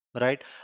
right